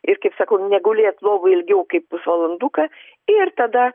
ir kaip sakau negulėt lovoj ilgiau kaip pusvalanduką ir tada